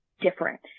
different